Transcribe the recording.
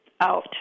out